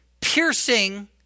piercing